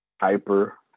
hyper